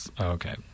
Okay